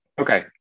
Okay